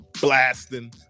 blasting